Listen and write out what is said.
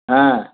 হ্যাঁ